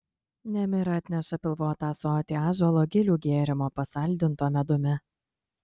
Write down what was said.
nemira atneša pilvotą ąsotį ąžuolo gilių gėrimo pasaldinto medumi